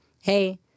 Hey